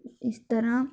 ਇਸ ਤਰ੍ਹਾਂ